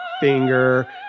finger